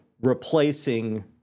replacing